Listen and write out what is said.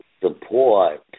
support